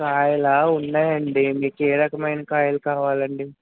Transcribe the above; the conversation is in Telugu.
కాయలా ఉన్నాయండి మీకు ఏ రకమైన కాయలు కావాలండి